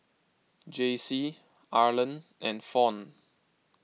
Jaycie Arland and Fawn